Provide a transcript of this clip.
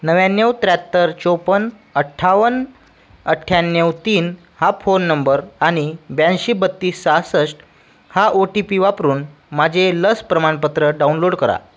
नव्याण्णव त्र्याहत्तर चौपन्न अठ्ठावन्न अठ्ठ्याण्णव तीन हा फोन नंबर आणि ब्याऐंशी बत्तीस सहासष्ट हा ओ टी पी वापरून माझे लस प्रमाणपत्र डाउनलोड करा